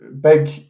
big